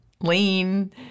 lean